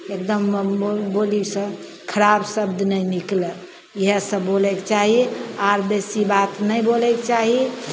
एकदम मम बोलीसे खराब शब्द नहि निकलै इहए सब बोलैके चाही आर बेसी बात नहि बोलैके चाही